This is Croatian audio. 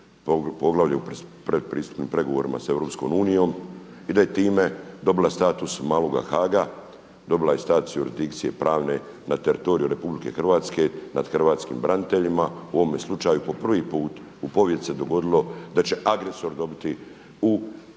poglavlje u predpristupnim pregovorima sa EU i da je time dobila status maloga Haaga, dobila je status jurisdikcije pravne na teritoriju Republike Hrvatske, nad hrvatskim braniteljima u ovome slučaju po prvi put u povijesti se dogodilo da će agresor dobiti u europskoj